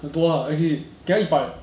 很多啦 as in 给他一百